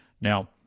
Now